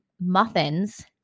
muffins